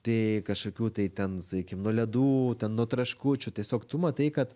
tai kažkokių tai ten sakykim nu ledų ten nu traškučių tiesiog tu matai kad